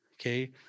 okay